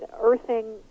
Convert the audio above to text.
earthing